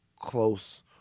close